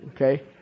Okay